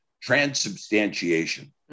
transubstantiation